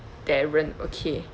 darren okay